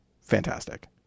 fantastic